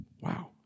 Wow